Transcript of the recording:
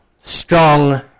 strong